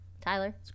Tyler